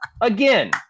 again